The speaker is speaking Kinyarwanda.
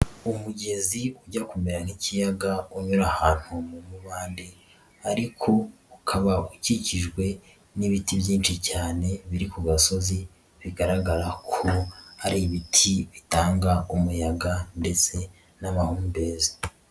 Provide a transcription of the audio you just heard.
Umugezi ujya kumera nk'ikiyaga, unyura ahantu mu mubanda ariko ukaba ukikijwe n'ibiti byinshi cyane biri ku gasozi bigaragara ko ari ibiti bitanga umuyaga ndetse n'amahumbezi.